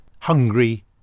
hungry